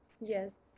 yes